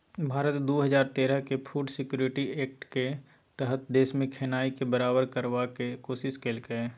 भारत दु हजार तेरहक फुड सिक्योरिटी एक्टक तहत देशमे खेनाइ केँ बराबर करबाक कोशिश केलकै